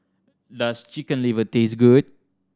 does Chicken Liver taste good